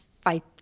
fight